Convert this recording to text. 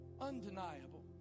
undeniable